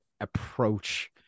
approach